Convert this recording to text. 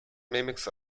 mimics